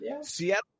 Seattle